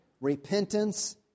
Repentance